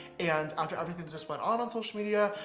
and after everything that just went on on social media,